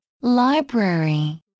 Library